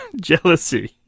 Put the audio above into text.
Jealousy